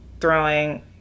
throwing